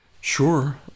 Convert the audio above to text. Sure